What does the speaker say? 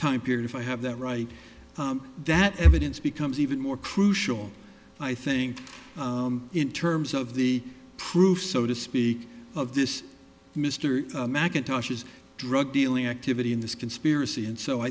time period if i have that right that evidence becomes even more crucial i think in terms of the proof so to speak of this mr macintoshes drug dealing activity in this conspiracy and so i